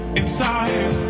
inside